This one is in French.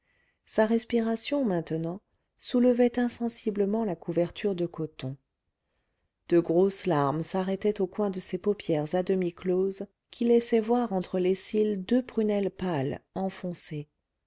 sa respiration maintenant soulevait insensiblement la couverture de coton de grosses larmes s'arrêtaient au coin de ses paupières à demi closes qui laissaient voir entre les cils deux prunelles pâles enfoncées